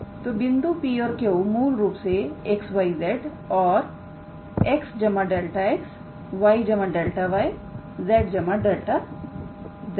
तो बिंदु P और Q मूल रूप से xyz और 𝑥 𝛿𝑥 𝑦 𝛿𝑦 𝑧 𝛿𝑧 हैं